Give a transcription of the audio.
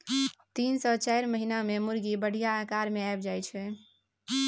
तीन सँ चारि महीना मे मुरगी बढ़िया आकार मे आबि जाइ छै